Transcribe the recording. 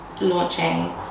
launching